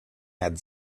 had